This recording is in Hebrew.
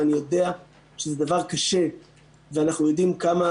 ואני יודע שזה דבר קשה ואנחנו יודעים כמה